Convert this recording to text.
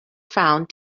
found